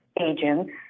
agents